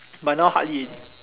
but now hardly already